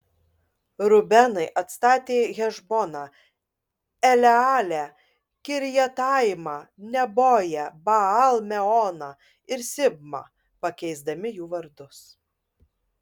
rubenai atstatė hešboną elealę kirjataimą neboją baal meoną ir sibmą pakeisdami jų vardus